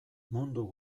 mundu